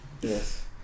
Yes